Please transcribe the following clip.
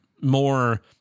more